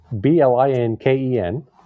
B-L-I-N-K-E-N